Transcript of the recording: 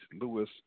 Lewis